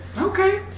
Okay